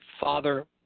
Father